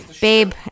Babe